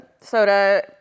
soda